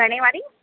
घणे वारी